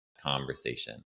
conversation